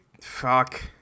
Fuck